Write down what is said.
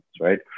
right